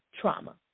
trauma